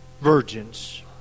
virgins